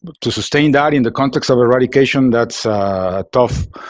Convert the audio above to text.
but to sustain that in the context of eradication, that's tough